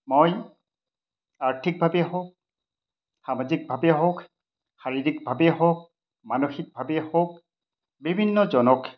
মই আৰ্থিকভাৱেই হওক সামাজিকভাৱেই হওক শাৰীৰিকভাৱেই হওক মানসিকভাৱেই হওক বিভিন্নজনক